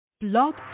Blog